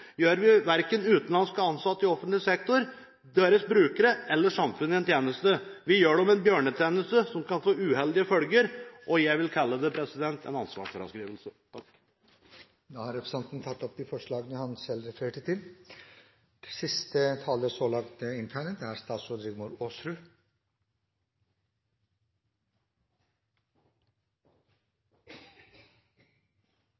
gjør vi verken utenlandske ansatte i offentlig sektor, brukerne eller samfunnet en tjeneste. Vi gjør dem en bjørnetjeneste – som kan få uheldige følger – og jeg vil kalle det en ansvarsfraskrivelse. Representanten Morten Ørsal Johansen har tatt opp de forslagene han refererte til. Saksordføreren har redegjort for sakens realiteter, og saken har vært drøftet i denne salen tidligere. Jeg er